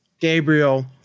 Gabriel